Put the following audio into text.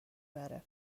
بره